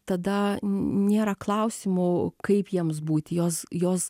tada nėra klausimų kaip jiems būti jos jos